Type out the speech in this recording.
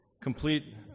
complete